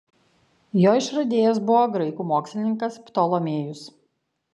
jo išradėjas buvo graikų mokslininkas ptolomėjus